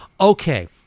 Okay